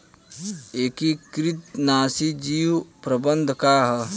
एकीकृत नाशी जीव प्रबंधन का ह?